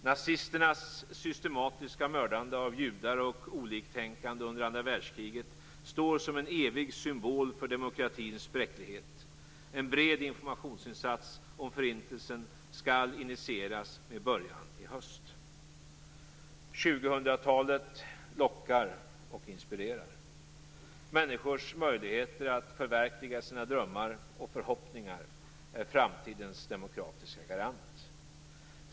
Nazisternas systematiska mördande av judar och oliktänkande under andra världskriget står som en evig symbol för demokratins bräcklighet. En bred informationsinsats om förintelsen skall initieras med början i höst. 2000-talet lockar och inspirerar. Människors möjligheter att förverkliga sina drömmar och förhoppningar är framtidens demokratiska garant.